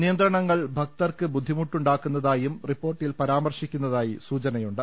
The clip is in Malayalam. നിയന്ത്രണങ്ങൾ ഭക്തർക്ക് ബുദ്ധിമുട്ട് ഉണ്ടാക്കുന്നതായും റിപ്പോർട്ടിൽ പരാമർശിക്കുന്നതായി സൂചനയുണ്ട്